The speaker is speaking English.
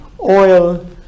oil